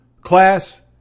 class